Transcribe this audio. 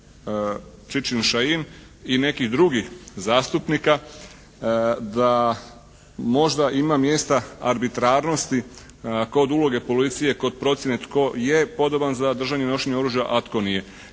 Čičin-Šain i nekih drugih zastupnika da možda ima mjesta arbitrarnosti kod uloge policije kod procjene tko je podoban za držanje, nošenje oružja, a tko nije.